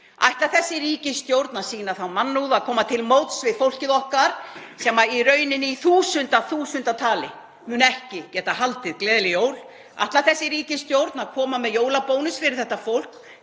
Ætlar þessi ríkisstjórn að sýna þá mannúð að koma til móts við fólkið okkar sem í þúsundatali mun ekki getað haldið gleðileg jól? Ætlar þessi ríkisstjórn að koma með jólabónus fyrir þetta fólk,